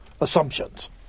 assumptions